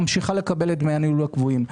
ממשיכה לקבל את דמי הניהול הקבועים.